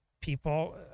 people